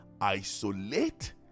isolate